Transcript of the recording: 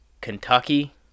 Kentucky